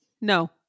No